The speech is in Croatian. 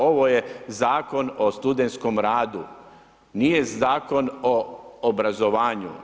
Ovo je Zakon o studentskom radu, nije Zakon o obrazovanju.